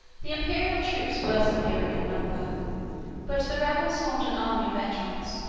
the imperial troops were superior in number but the rebels formed an army of veterans,